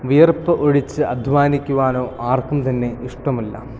വിയർപ്പ് ഒഴിച്ച് അധ്വാനിക്കുവാനോ ആർക്കും തന്നെ ഇഷ്ടമല്ല